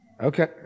Okay